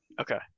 Okay